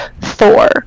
Thor